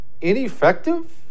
ineffective